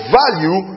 value